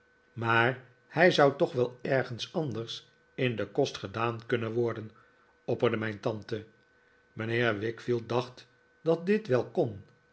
maar hij zou toch wel ergens anders in den kost gedaan kunnen worden opperde mijn tante mijnheer wickfield dacht dat dit wel